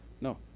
no